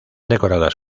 decoradas